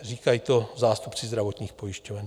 Říkají to zástupci zdravotních pojišťoven.